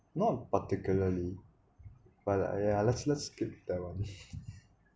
not particularly but uh yeah let's let's skip that one